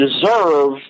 deserve